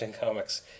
Comics